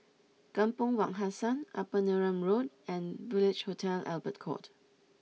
Kampong Wak Hassan Upper Neram Road and Village Hotel Albert Court